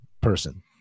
person